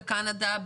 בקנדה,